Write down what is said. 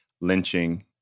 lynching